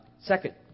Second